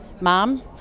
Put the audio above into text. mom